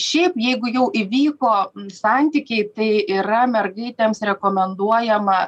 šiaip jeigu jau įvyko santykiai tai yra mergaitėms rekomenduojama